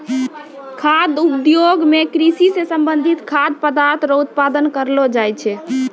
खाद्य उद्योग मे कृषि से संबंधित खाद्य पदार्थ रो उत्पादन करलो जाय छै